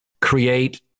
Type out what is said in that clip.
Create